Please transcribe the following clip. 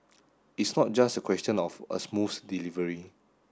it's not just a question of a smooth delivery